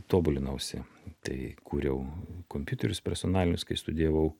tobulinausi tai kūriau kompiuterius personalinius kai studijavau